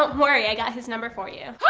but worry, i got his number for you